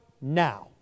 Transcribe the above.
now